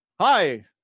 Hi